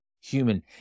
human